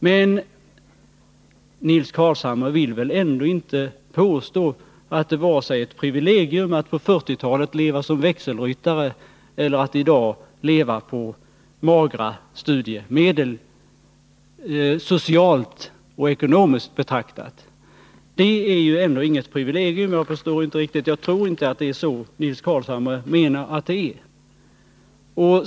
Men Nils Carlshamre vill väl ändå inte påstå att det — socialt och ekonomiskt betraktat -— var ett privilegium att på 1940-talet leva som växelryttare eller att det i dag är ett privilegium att leva på magra studiemedel. Det är ju ändå inget privilegium, och jag tror inte att det är riktigt så Nils Carlshamre menar.